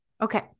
okay